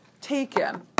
taken